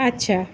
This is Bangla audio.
আচ্ছা